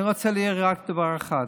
אני רוצה להעיר רק דבר אחד.